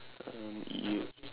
um you